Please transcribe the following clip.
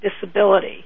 disability